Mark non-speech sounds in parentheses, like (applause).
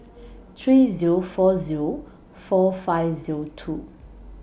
(noise) three Zero four Zero four five Zero two